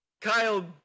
Kyle